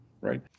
right